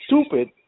stupid